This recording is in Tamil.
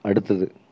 அடுத்தது